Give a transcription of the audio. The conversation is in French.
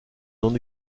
non